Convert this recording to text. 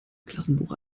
klassenbuch